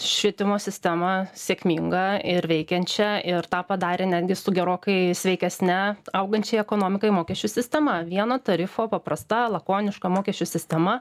švietimo sistemą sėkmingą ir veikiančią ir tą padarė netgi su gerokai sveikesne augančiai ekonomikai mokesčių sistema vieno tarifo paprasta lakoniška mokesčių sistema